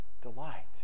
delight